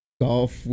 Golf